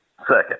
second